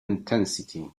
intensity